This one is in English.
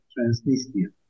Transnistria